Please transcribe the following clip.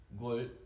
glute